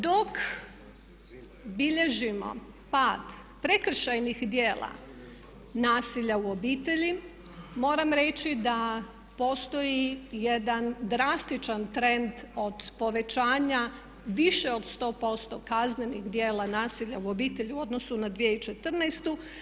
Dok bilježimo pad prekršajnih djela nasilja u obitelji moram reći da postoji jedan drastičan trend od povećanja više od 100% kaznenih djela nasilja u obitelji u odnosu na 2014.